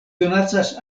donacas